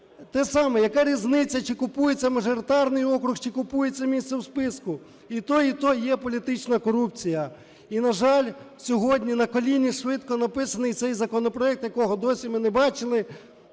те саме. Яка різниця, чи купується мажоритарний округ, чи купується місце у списку: і те, і те є політична корупція. І, на жаль, сьогодні на коліні, швидко написаний цей законопроект, якого досі ми не бачили,